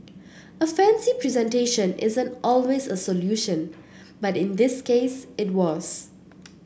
a fancy presentation isn't always a solution but in this case it was